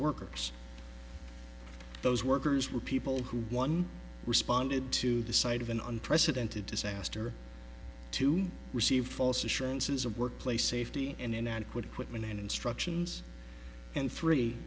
workers those workers were people who one responded to the site of an unprecedented disaster to receive false assurances of workplace safety and inadequate equipment and instructions and three